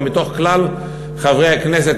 או מתוך כלל חברי הכנסת,